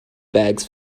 bags